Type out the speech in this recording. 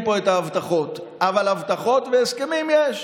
פה את ההבטחות; אבל הבטחות והסכמים יש,